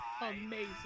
Amazing